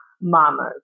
Mamas